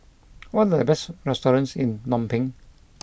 what are the best restaurants in Phnom Penh